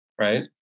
Right